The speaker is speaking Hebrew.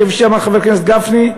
כפי שאמר חבר הכנסת גפני,